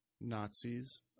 Nazis